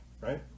right